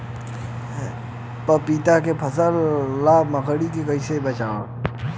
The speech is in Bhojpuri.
पपीता के फल के लाल मकड़ी से कइसे बचाव होखि?